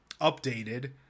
updated